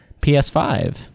PS5